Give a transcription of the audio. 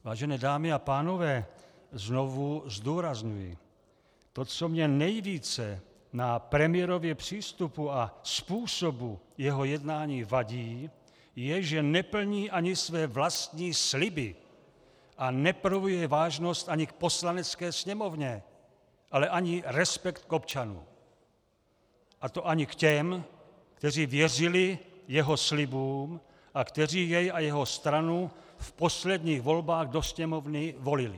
Vážené dámy a pánové, znovu zdůrazňuji, to, co mě nejvíce na premiérově přístupu a způsobu jeho jednání vadí, je, že neplní ani své vlastní sliby a neprojevuje vážnost ani k Poslanecké sněmovně, ale ani respekt k občanům, a to ani k těm, kteří věřili jeho slibům a kteří jej a jeho stranu v posledních volbách do Sněmovny volili.